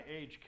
age